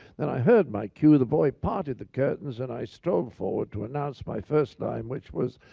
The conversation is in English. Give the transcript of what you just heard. then i heard my cue, the boy parted the curtains and i strode forward to announce my first line which was,